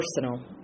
personal